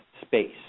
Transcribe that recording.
space